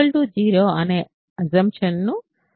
a 0 అనే assumption ఉంది